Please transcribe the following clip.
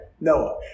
Noah